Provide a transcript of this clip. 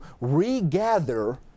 regather